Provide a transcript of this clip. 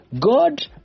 God